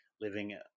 living